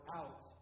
out